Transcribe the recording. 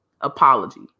apology